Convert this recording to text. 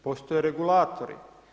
Postoje regulatori.